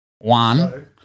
One